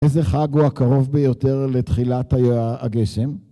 איזה חג הוא הקרוב ביותר לתחילת הגשם?